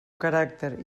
caràcter